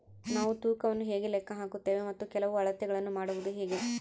ನಾವು ತೂಕವನ್ನು ಹೇಗೆ ಲೆಕ್ಕ ಹಾಕುತ್ತೇವೆ ಮತ್ತು ಕೆಲವು ಅಳತೆಗಳನ್ನು ಮಾಡುವುದು ಹೇಗೆ?